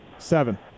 Seven